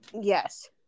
Yes